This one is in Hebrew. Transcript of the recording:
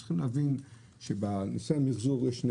צריך להבין שבנושא המיחזור יש שני